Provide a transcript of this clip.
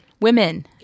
women